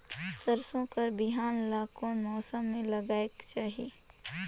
सरसो कर बिहान ला कोन मौसम मे लगायेक चाही?